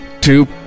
two